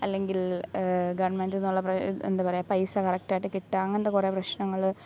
അല്ലെങ്കിൽ ഗവൺമെന്റി ൽ നിന്നുള്ള എന്താണ് പറയുക പൈസ കറക്റ്റായിട്ട് കിട്ടുക അങ്ങനത്തെ കുറേ പ്രശ്നങ്ങൾ